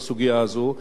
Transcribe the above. בסוגיה הזו.